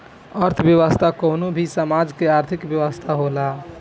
अर्थव्यवस्था कवनो भी समाज के आर्थिक व्यवस्था होला